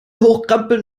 hochkrempeln